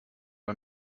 bei